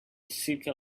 circle